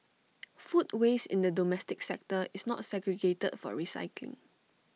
food waste in the domestic sector is not segregated for recycling